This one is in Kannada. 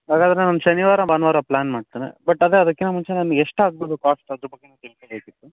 ಹಾಗಾದರೆ ನಾನು ಶನಿವಾರ ಭಾನುವಾರ ಪ್ಲ್ಯಾನ್ ಮಾಡ್ತೇನೆ ಬಟ್ ಅದೇ ಅದಕ್ಕಿಂತ ಮುಂಚೆ ನನಗೆಷ್ಟು ಆಗ್ಬೋದು ಕಾಸ್ಟ್ ಅದರ ಬಗ್ಗೆ ನಾನು ತಿಳ್ಕೊಬೇಕಿತ್ತು